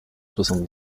soixante